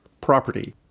property